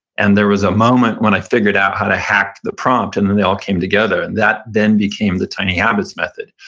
and there was a moment when i figured out how to hack the prompt, and then they all came together. that then became the tiny habits method.